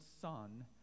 son